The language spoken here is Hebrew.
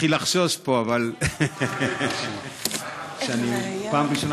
אני מתחיל לחשוש פה, אבל, מה הפעם הראשונה?